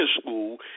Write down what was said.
school